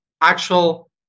actual